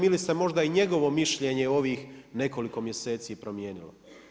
Ili se možda i njegovo mišljenje u ovih nekoliko mjeseci promijenilo.